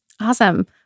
Awesome